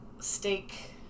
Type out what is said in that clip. steak